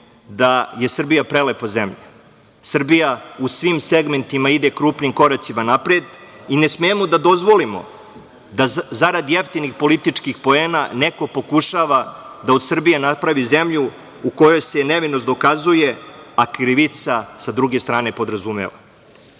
da je Srbija prelepa zemlja, Srbija u svim segmentima ide krupnim koracima napred i ne smemo da dozvolimo da zarad jeftinih političkih poena neko pokušava da od Srbije napravi zemlju u kojoj se nevinost dokazuje, a krivica sa druge strane podrazumeva. Vraćam